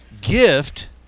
gift